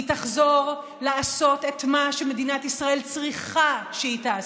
היא תחזור לעשות את מה שמדינת ישראל צריכה שהיא תעשה: